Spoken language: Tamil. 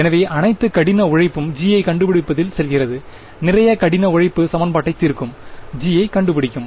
எனவே அனைத்து கடின உழைப்பும் g ஐ கண்டுபிடிப்பதில் செல்கிறது நிறைய கடின உழைப்பு சமன்பாட்டைத் தீர்க்கும் g ஐக் கண்டுபிடிக்கும்